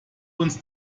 uns